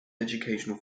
educational